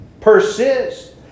Persist